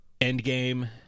Endgame